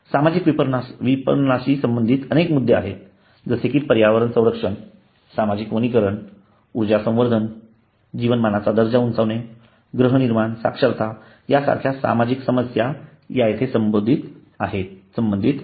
सामाजिक विपणनाशी संबंधित अनेक मुद्दे आहेत जसे कि पर्यावरण संरक्षण सामाजिक वनीकरण ऊर्जा संवर्धन जीवनमानाचा दर्जा गृहनिर्माण साक्षरता यासारख्या सामाजिक समस्या ह्या येथे संबंधित आहेत